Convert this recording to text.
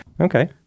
Okay